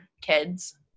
kids